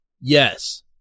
Yes